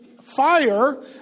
fire